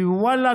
היא: ואללה,